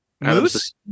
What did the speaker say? Moose